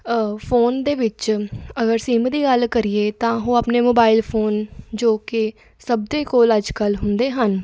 phone ਦੇ ਵਿੱਚ ਅਗਰ ਸਿੰਮ ਦੀ ਗੱਲ ਕਰੀਏ ਤਾਂ ਉਹ ਆਪਣੇ ਮੋਬਾਇਲ ਫੋਨ ਜੋ ਕਿ ਸਭ ਦੇ ਕੋਲ ਅੱਜ ਕੱਲ੍ਹ ਹੁੰਦੇ ਹਨ